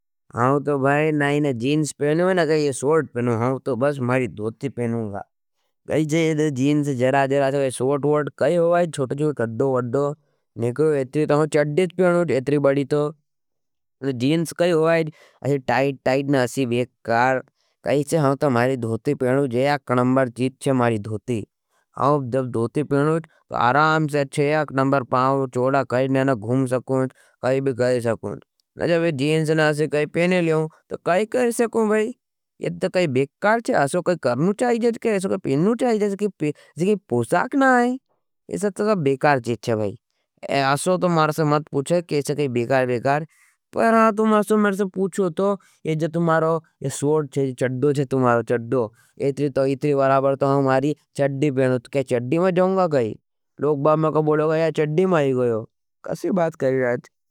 हाँ तो भाई ना जीन्स पहनो, ना इन्हें सूट पहनूं हूँ। मैं तो बस महरी धोती पहनूँगा, यह जीन्स जरा जरा से सूट। चड्डी होवेच इतनी बदी तो, जीन्स का क्या होव्ह टाइट टाइट। हम तो महरी धोती पहनो छे, एक नंबर चीज छे महरी धोती। जब धोती पहनु हूँ, तो आराम से छह आठ नंबर पाव चौड़ा कराने नी घूम स्कू। ना जीन्स ना से पहने तो कई कई से भाई। ये तो बेकार छे कैसा भी करनी जयेव्ह छे, पोशाक ना आये, ये तो सब बेकार चीज छे भाई। ऐसे तो महरी से मत पूछे भाई इतनी बेकार बेकार। ये जो तुम्हारा सूट छे, जे चड्डी छे। ये इतनी बराबर तो महरी चड्डी हो जायी गावी। लोग बाग मेरेको बोलेगा चड्डी में आयी गावो।